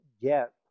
get